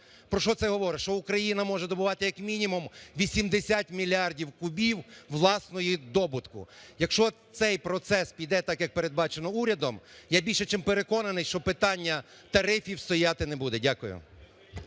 Про що це говорить, що Україна може добувати як мінімум 80 мільярдів кубів власного добутку. Якщо цей процес піде так, як передбачено урядом, я більше чим переконаний, що питання тарифів стояти не буде. Дякую.